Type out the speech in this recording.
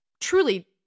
truly